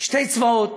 שני צבאות,